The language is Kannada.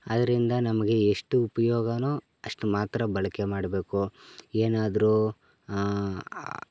ಅದ್ರಿಂದ ನಮಗೆ ಎಷ್ಟು ಉಪಯೋಗನೋ ಅಷ್ಟು ಮಾತ್ರ ಬಳಕೆ ಮಾಡಬೇಕು ಏನಾದರು